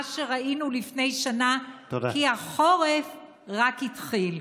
הזוועה שראינו לפני שנה, כי החורף רק התחיל.